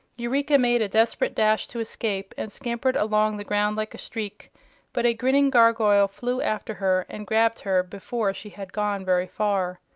eureka made a desperate dash to escape and scampered along the ground like a streak but a grinning gargoyle flew after her and grabbed her before she had gone very far.